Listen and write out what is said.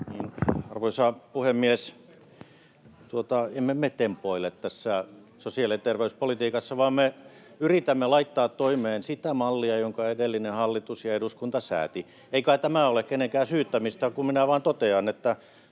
Arvoisa puhemies! Emme me tempoile tässä sosiaali- ja terveyspolitiikassa, vaan me yritämme laittaa toimeen sitä mallia, jonka edellinen hallitus ja eduskunta sääti. Ei kai tämä ole kenenkään syyttämistä, kun minä vain totean, että